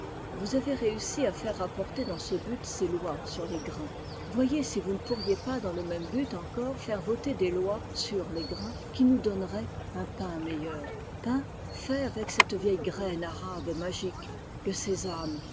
vous avez réussi à faire rapporter dans ce but ses lois sur les grains voyez si vous ne pourriez pas dans le même but encore faire voter des lois sur les grains qui nous donneraient un pain meilleur pain fait avec cette vieille graine arabe magique le